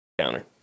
counter